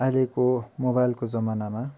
अहिलेको मोबाइलको जमानामा